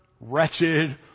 wretched